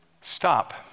Stop